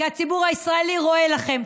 כי הציבור הישראלי רואה לכם.